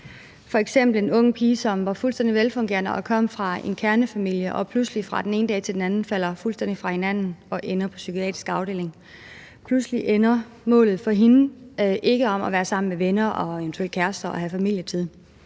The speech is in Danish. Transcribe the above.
den unge pige, som var fuldstændig velfungerende og kom fra en kernefamilie, men hvor tingene pludselig fra den ene dag til den anden falder fuldstændig fra hinanden, og hun ender på psykiatrisk afdeling. Pludselig handler målet for hende ikke om at være sammen med venner og eventuelt kæreste og have familietid.